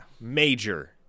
Major